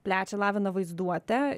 plečia lavina vaizduotę